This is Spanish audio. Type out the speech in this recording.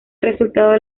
resultado